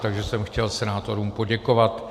Takže jsem chtěl senátorům poděkovat.